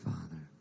Father